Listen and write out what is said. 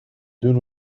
doen